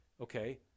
okay